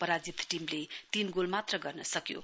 पराजित टीमले तीन गोल मात्र गर्न सक्यो